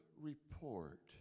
report